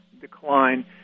decline